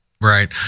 right